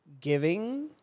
giving